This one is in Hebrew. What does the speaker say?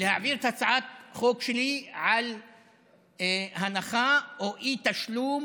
להעביר את הצעת החוק שלי על הנחה או אי-תשלום